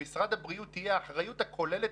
למשרד הבריאות תהיה האחריות הכוללת